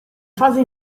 fase